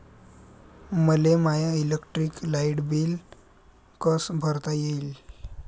मले माय electric light bill कस भरता येईल?